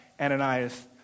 Ananias